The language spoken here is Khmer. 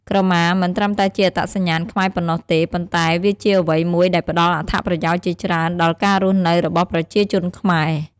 ក្រមាមិនត្រឹមតែជាអត្តសញ្ញាណខ្មែរប៉ុណ្ណោះទេ ប៉ុន្តែវាជាអ្វីមួយដែលផ្ដល់អត្ថប្រយោជន៍ជាច្រើនដល់ការរស់នៅរបស់ប្រជាជនខ្មែរ។